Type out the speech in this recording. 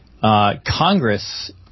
Congress